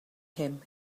him